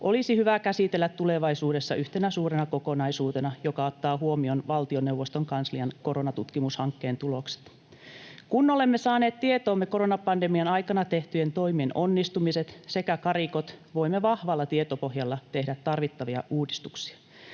olisi hyvä käsitellä tulevaisuudessa yhtenä suurena kokonaisuutena, joka ottaa huomioon valtioneuvoston kanslian koronatutkimushankkeen tulokset. Kun olemme saaneet tietoomme koronapandemian aikana tehtyjen toimien onnistumiset sekä karikot, voimme vahvalla tietopohjalla tehdä tarvittavia uudistuksia.